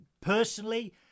personally